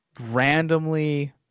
randomly